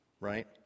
right